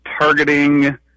targeting